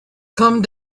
come